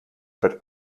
but